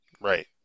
right